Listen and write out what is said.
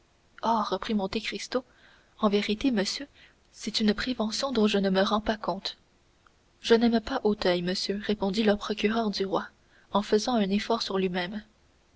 oh reprit monte cristo en vérité monsieur c'est une prévention dont je ne me rends pas compte je n'aime pas auteuil monsieur répondit le procureur du roi en faisant un effort sur lui-même